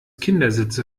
kindersitze